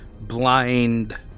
blind